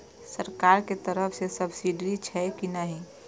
सरकार के तरफ से सब्सीडी छै कि नहिं?